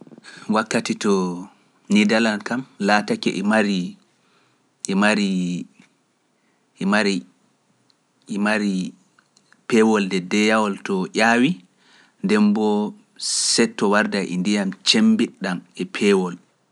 Wakkati to ni dalal kam laatake e mari e mari e mari e mari peewol de deyawol to ƴaawi nden mbo setto warda e ndiyam cemmbiɗɗam e peewol.